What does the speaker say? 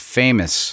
famous